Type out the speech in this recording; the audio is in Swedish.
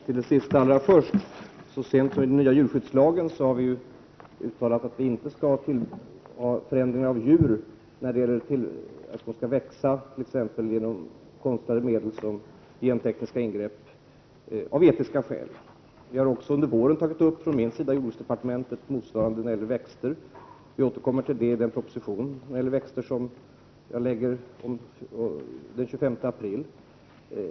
Fru talman! Så sent som vid införandet av den nya djurskyddslagen uttalade vi att det av etiska skäl inte skall vara tillåtet att genom konstlade medel såsom gentekniska ingrepp förändra djur så, att de t.ex. växer på ett onormalt sätt. På mitt initiativ har också jordbruksdepartementet under våren föreslagit att motsvarande regler skall gälla beträffande växter. Vi återkommer till detta i en proposition om växter som läggs på riksdagens bord den 25 april.